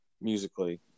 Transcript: musically